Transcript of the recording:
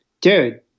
Dude